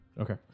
Okay